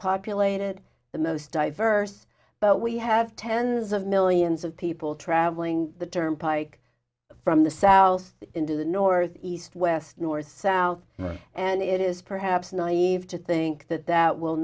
populated the most diverse but we have tens of millions of people traveling the turnpike from the south into the north east west north south and it is perhaps naive to think that that will